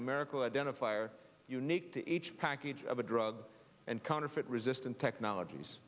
numerical identifier unique to each package of a drug and counterfeit resistant technologies